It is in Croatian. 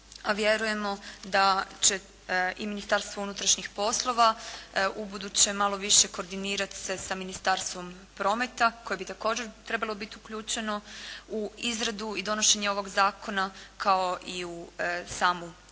vjerujemo da će i Ministarstvo unutrašnjih poslova u buduće malo više koordinirat se sa Ministarstvom prometa koje bi također trebalo biti uključeno u izradu i donošenje ovog zakona kao i u samu provedbu,